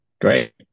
Great